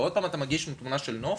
ושוב אתה מגיש עם תמונה של נוף,